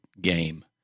game